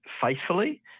faithfully